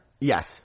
Yes